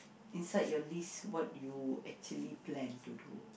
inside your list what you actually plan to do